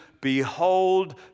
behold